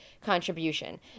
contribution